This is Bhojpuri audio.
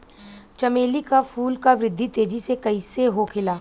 चमेली क फूल क वृद्धि तेजी से कईसे होखेला?